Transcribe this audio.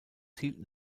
hielten